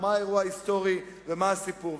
או מה האירוע ההיסטורי ומה הסיפור.